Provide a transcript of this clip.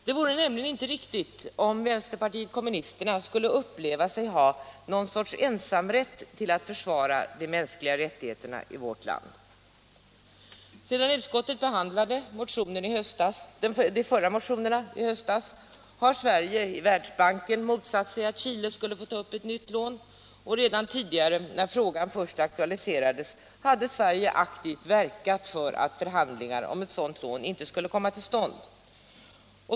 Det vore nämligen inte riktigt om vpk skulle uppleva sig ha någon sorts ensamrätt i vårt land till att försvara de mänskliga rättigheterna. Sedan utskottet i höstas behandlade de förra motionerna har Sverige i Världsbanken motsatt sig att Chile skulle få ta upp ett nytt lån, och redan tidigare när frågan först aktualiserades hade Sverige aktivt verkat för att förhandlingar om ett sådant lån inte skulle komma till stånd.